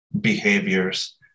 behaviors